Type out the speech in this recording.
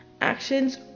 actions